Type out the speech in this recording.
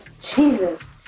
Jesus